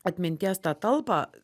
atminties tą talpą